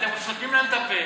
אתם סותמים להם את הפה.